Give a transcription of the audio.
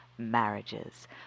marriages